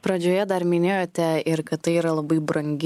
pradžioje dar minėjote ir kad tai yra labai brangi